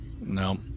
No